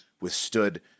withstood